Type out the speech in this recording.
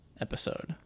episode